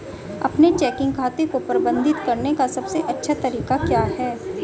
अपने चेकिंग खाते को प्रबंधित करने का सबसे अच्छा तरीका क्या है?